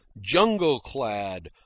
jungle-clad